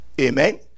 Amen